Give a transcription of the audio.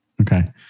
Okay